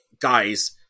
guys